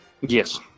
Yes